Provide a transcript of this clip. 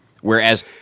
Whereas